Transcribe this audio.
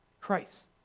Christ